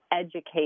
educate